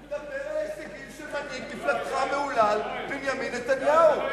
תדבר על ההישגים של מנהיג מפלגתך המהולל בנימין נתניהו.